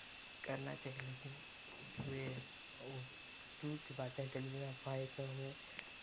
करना चाहिए लेकिन जो ये दूर की बातें टेलीविज़न अफवाहें सब हमें